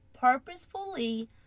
purposefully